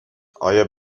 ایا